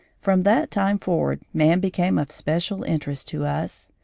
from that time forward man became of special interest to us.